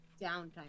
downtime